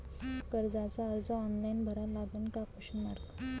कर्जाचा अर्ज ऑनलाईन भरा लागन का?